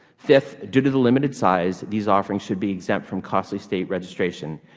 fifth, due to the limited size these offerings should be exempt from costly state registration.